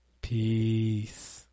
Peace